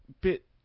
bit